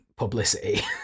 publicity